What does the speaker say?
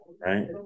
right